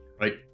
Right